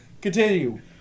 Continue